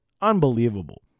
unbelievable